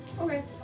Okay